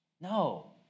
No